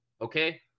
Okay